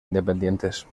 independientes